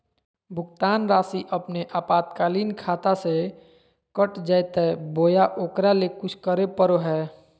भुक्तान रासि अपने आपातकालीन खाता से कट जैतैय बोया ओकरा ले कुछ करे परो है?